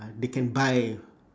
uh they can buy